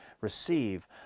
receive